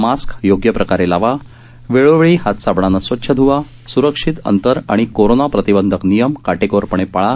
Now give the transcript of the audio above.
mask योग्य प्रकारे लावा वेळोवेळी हात साबणाने स्वच्छ ध्वा सूरक्षित अंतर आणि कोरोना प्रतिबंधक नियम काटेकोरपणे पाळा